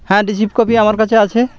হ্যাঁ received copy আমার কাছে আছে